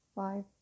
five